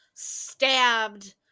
stabbed